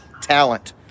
talent